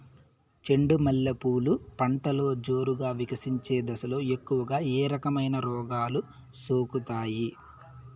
చెండు మల్లె పూలు పంటలో జోరుగా వికసించే దశలో ఎక్కువగా ఏ రకమైన రోగాలు సోకుతాయి?